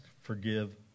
forgive